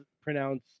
pronounce